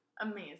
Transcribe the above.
Amazing